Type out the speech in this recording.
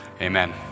Amen